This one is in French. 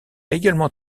également